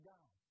God